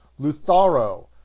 Lutharo